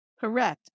Correct